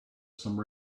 some